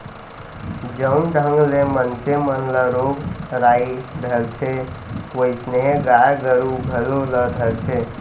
जउन ढंग ले मनसे मन ल रोग राई धरथे वोइसनहे गाय गरू घलौ ल धरथे